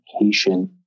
education